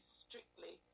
strictly